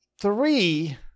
three